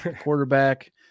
quarterback